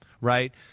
right